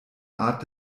art